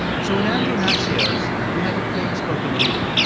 so in andrew natsios, we have a plainspoken leader.